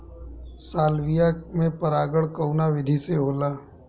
Salvia में परागण कउना विधि से होला?